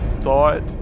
thought